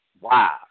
Wow